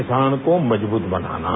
किसान को मजबूत बनाना